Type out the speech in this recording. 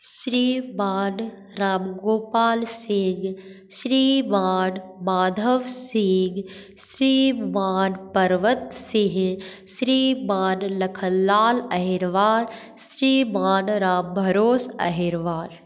Shriman Ram Gopal Singh Shriman Madhav Singh Shriman Parvat Singh Shriman Lakhanlal Ahirwar Shriman Rambharos Ahirwar